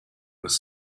was